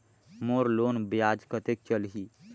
मोर loan ब्याज कतेक चलही?